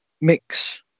mix